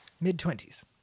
mid-twenties